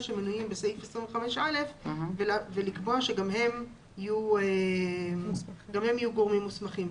שמנויים בסעיף 25(א) ולקבוע שגם הם יהיו גורמים מוסמכים.